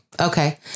Okay